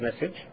message